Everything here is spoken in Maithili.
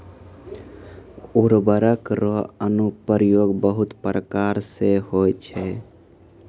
उर्वरक रो अनुप्रयोग बहुत प्रकार से होय छै